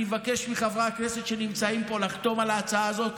אני מבקש מחברי הכנסת שנמצאים פה לחתום על ההצעה הזאת.